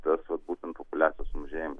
tas vat būtent populiacijos sumažėjimas